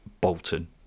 Bolton